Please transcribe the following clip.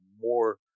more